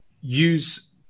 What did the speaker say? use